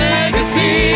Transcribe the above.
Legacy